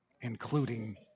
including